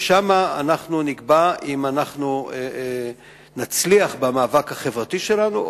ושם אנחנו נקבע אם נצליח במאבק החברתי שלנו או,